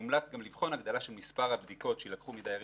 מומלץ גם לבחון הגדלה של מספר הבדיקות שיילקחו מדיירים